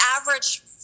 average